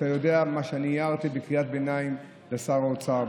אתה יודע מה אני הערתי בקריאת ביניים לשר האוצר,